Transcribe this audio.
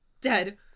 Dead